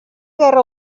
guerra